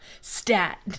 Stat